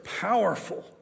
powerful